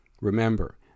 Remember